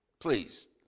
Please